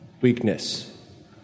weakness